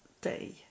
Day